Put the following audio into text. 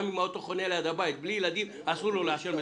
גם אם האוטו חונה ליד הבית בלי ילדים אסור לו לעשן בתוכו.